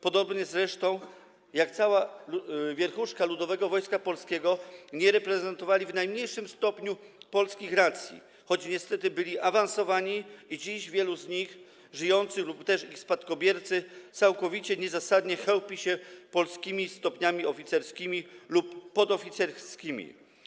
Podobnie zresztą jak cała wierchuszka Ludowego Wojska Polskiego nie reprezentowali oni w najmniejszym stopniu polskich racji, choć niestety byli awansowani i dziś wielu z nich żyjących - lub ich spadkobiercy - całkowicie niezasadnie chełpi się polskimi stopniami oficerskimi lub podoficerskimi.